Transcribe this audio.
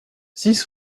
six